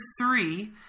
three